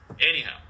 anyhow